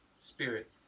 spirit